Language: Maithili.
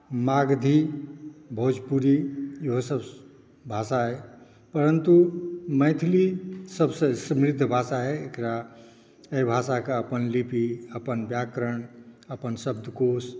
मगधी भोजपुरी इहोसभ भाषा अइ परन्तु मैथिली सभसँ समृद्ध भाषा अइ एकरा एहि भाषाके अपन लिपि अपन व्याकरण अपन शब्दकोश